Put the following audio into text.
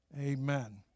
Amen